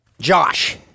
Josh